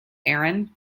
aaron